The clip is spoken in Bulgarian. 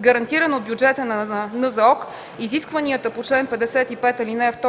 гарантиран от бюджета на НЗОК, изискванията по чл. 55, ал.